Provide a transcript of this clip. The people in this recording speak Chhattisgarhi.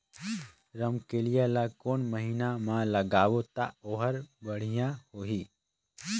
रमकेलिया ला कोन महीना मा लगाबो ता ओहार बेडिया होही?